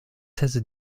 seize